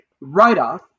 write-off